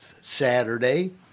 Saturday